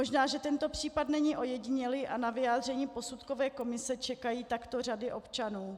Možná že tento případ není ojedinělý a na vyjádření posudkové komise čekají takto řady občanů.